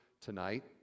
tonight